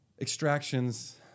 extractions